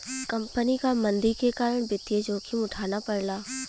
company क मंदी के कारण वित्तीय जोखिम उठाना पड़ला